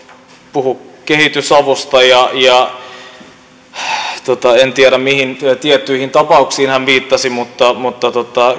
puhui kehitysavusta en tiedä mihin tiettyihin tapauksiin hän viittasi mutta mutta